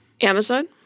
Amazon